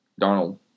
Darnold